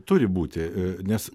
turi būti nes